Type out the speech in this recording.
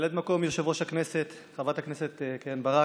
ממלאת מקום יושב-ראש הכנסת חברת הכנסת קרן ברק,